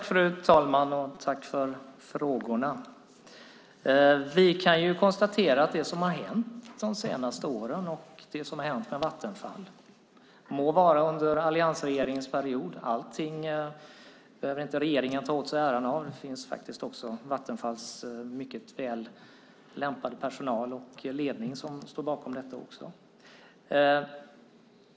Fru talman! Jag tackar för frågorna. Vi kan konstatera vad som har hänt under de senaste åren med Vattenfall. Det må vara under alliansregeringens period. Men allting behöver inte regeringen ta åt sig äran av. Även Vattenfalls mycket väl lämpade personal och ledning står bakom detta.